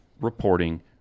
reporting